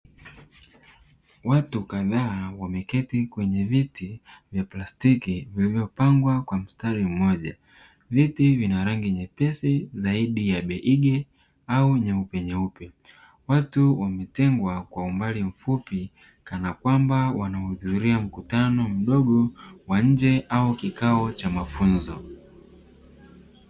Watu kadhaa wameketi kwenye viti vya plastiki vilivyopangwa kwa mstari mmoja, viti vina rangi nyepesi zaidi ya beige au nyeupe nyeupe watu wametengwa kwa umbali mfupi kana kwamba wanaohudhuria mkutano mdogo wa nje au kikao cha mafunzo.